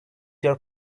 your